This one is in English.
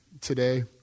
today